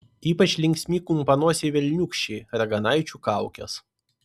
ypač linksmi kumpanosiai velniūkščiai raganaičių kaukės